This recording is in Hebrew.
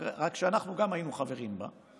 רק שאנחנו גם היינו חברים בה,